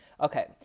Okay